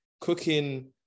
cooking